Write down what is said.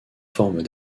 forme